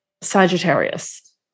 Sagittarius